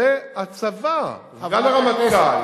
הצבא וגם הרמטכ"ל.